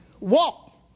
walk